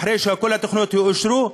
אחרי שכל התוכניות יאושרו,